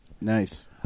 nice